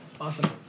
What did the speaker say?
Awesome